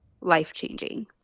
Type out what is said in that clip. life-changing